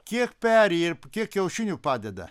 kiek peri ir kiek kiaušinių padeda